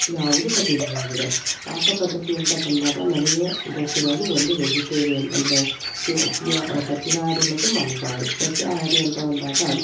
ಯಾವುದು ಕಠಿಣವಾಗಿದೆ ಪಾಕಪದ್ಧತಿ ಅಂತ ಬಂದಾಗ ನನಗೆ ಗೊತ್ತಿರೋದು ಒಂದು ವೆಜಿಟೇರಿಯನ್ ಅಂದರೆ ಪ್ಯುಯೋ ಪ್ಯೂಯೋ ಸಸ್ಯಹಾರಿ ಮತ್ತು ಮಾಂಸಹಾರಿ ಸಸ್ಯ ಆಹಾರಿ ಅಂತ ಬಂದಾಗ